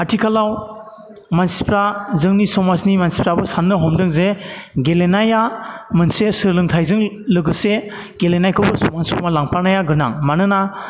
आथिखालाव मानसिफ्रा जोंनि समाजनि मानसिफ्राबो साननो हमदों जे गेलेनाया मोनसे सोलोंथाइजों लोगोसे गेलेनायखौबो समान समान लांफानाया गोनां मानोना